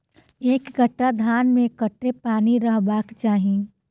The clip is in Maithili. एक कट्ठा धान मे कत्ते पानि रहबाक चाहि?